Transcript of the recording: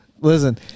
Listen